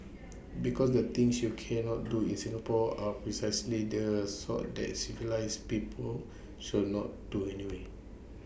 because the things you cannot do in Singapore are precisely the sort that civilised people should not do anyway